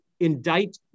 Indict